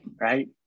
Right